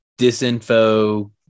disinfo